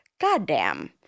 goddamn